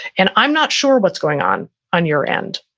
and i'm not sure what's going on on your end.